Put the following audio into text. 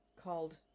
called